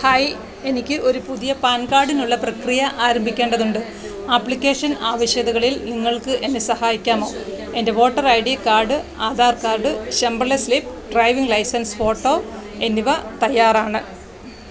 hi എനിക്ക് ഒരു പുതിയ പാൻ കാർഡിനുള്ള പ്രക്രിയ ആരംഭിക്കേണ്ടതുണ്ട് ആപ്ലിക്കേഷൻ ആവശ്യകതകളിൽ നിങ്ങൾക്ക് എന്നെ സഹായിക്കാമോ എൻ്റെ voter I D card Aadhaar card ശമ്പള സ്ലിപ്പ് ഡ്രൈവിംഗ് ലൈസൻസ് ഫോട്ടോ എന്നിവ തയ്യാറാണ്